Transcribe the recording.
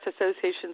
Association's